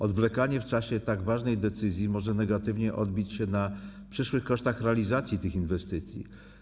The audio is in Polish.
Odwlekanie w czasie tak ważnej decyzji może negatywnie odbić się na przyszłych kosztach realizacji tych inwestycji.